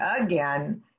again